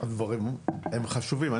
הדברים חשובים.